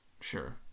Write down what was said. Sure